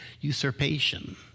usurpation